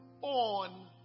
on